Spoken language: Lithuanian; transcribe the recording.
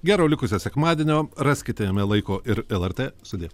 gero likusio sekmadienio raskite jame laiko ir lrt sudie